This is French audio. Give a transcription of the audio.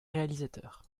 réalisateurs